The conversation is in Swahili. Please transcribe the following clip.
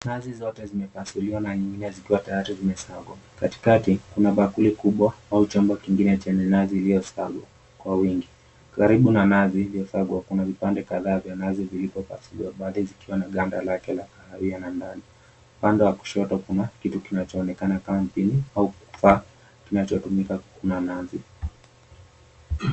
Nazi zote zimepasuliwa na nyingine zikiwa tayari zimesagwa. Katikati kuna bakuli kubwa au chombo kingine chenye nazi iliyosagwa kwa wingi. Karibu na nazi ilizosagwa, kuna vipande kadhaa vya nazi vilivyopasuliwa baadhi zikiwa na ganda lake la kahawia na ndani. Upande wa kushoto kuna kitu kinachoonekana kama mpini au kifaa kinachotumika kukuna nazi.